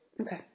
Okay